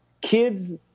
kids